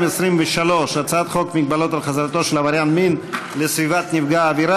46 בעד, אין מתנגדים, אין נמנעים.